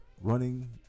Running